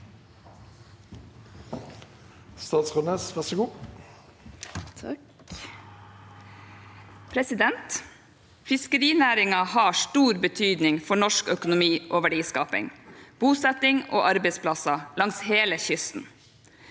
Fis- kerinæringen har stor betydning for norsk økonomi og verdiskaping, bosetting og arbeidsplasser langs hele kysten.